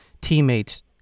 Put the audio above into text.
Teammates